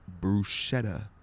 bruschetta